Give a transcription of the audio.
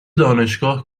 دانشگاه